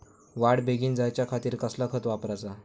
वाढ बेगीन जायच्या खातीर कसला खत वापराचा?